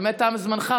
באמת תם זמנך.